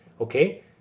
okay